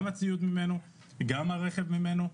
הציוד שלו, הטלפון שלו.